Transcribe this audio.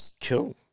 Cool